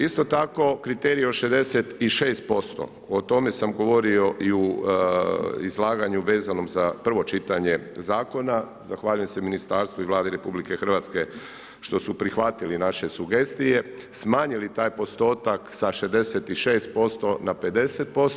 Isto tako kriterij od 66%, o tome sam govorio i u izlaganju vezano za prvo čitanje zakona, zahvaljujem Ministarstvu i Vladi RH, što su prihvatili naše sugestije, smanjili taj postotak sa 66% na 50%